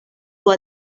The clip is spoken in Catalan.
dur